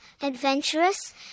adventurous